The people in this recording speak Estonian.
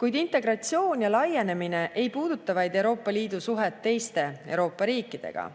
Kuid integratsioon ja laienemine ei puuduta vaid Euroopa Liidu suhet teiste Euroopa riikidega.